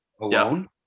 alone